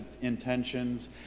intentions